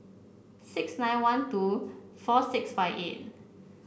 six nine one two four six five eight